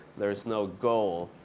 there's no goal.